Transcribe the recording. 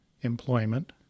employment